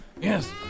Yes